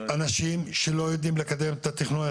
אנשים שלא יודעים לקבל את התכנון,